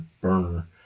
burner